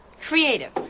creative